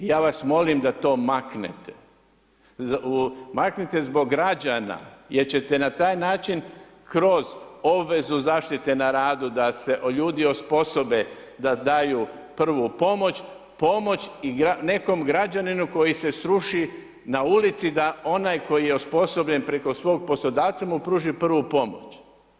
I ja vas molim da to maknete, maknite zbog građana jer ćete na taj način kroz obvezu zaštite na radu da se ljudi osposobe da daju prvu pomoć, pomoć i nekom građaninu koji se sruši na ulici da onaj koji je osposobljen preko svog poslodavca mu pruži prvu pomoć.